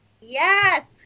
Yes